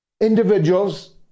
individuals